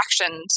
actions